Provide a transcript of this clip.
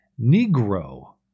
Negro